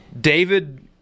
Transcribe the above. David